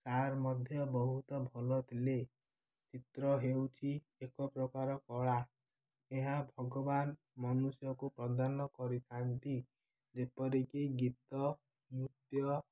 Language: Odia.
ସାର୍ ମଧ୍ୟ ବହୁତ ଭଲ ଥିଲେ ଚିତ୍ର ହେଉଛି ଏକ ପ୍ରକାର କଳା ଏହା ଭଗବାନ ମନୁଷ୍ୟକୁ ପ୍ରଦାନ କରିଥାନ୍ତି ଯେପରିକି ଗୀତ ନୃତ୍ୟ